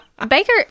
Baker